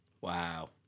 Wow